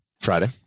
Friday